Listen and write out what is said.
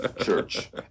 church